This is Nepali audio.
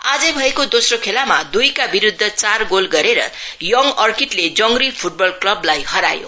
आजै भएको दोस्रो खेलामा दुईका विरुद्व चार गोल गरेर यङ अर्किड ले जोंग्री फूटबल क्लबलाई हरायो